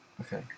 Okay